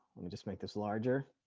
let me just make this larger.